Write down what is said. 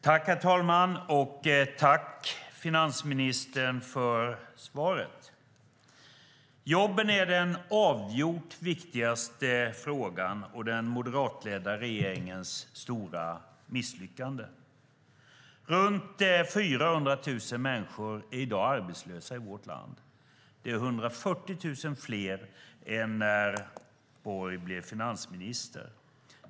Herr talman! Jag tackar finansministern för svaret. Jobben är den avgjort viktigaste frågan och den moderatledda regeringens stora misslyckande. Runt 400 000 människor är i dag arbetslösa i vårt land. Det är 140 000 fler än när Borg blev finansminister.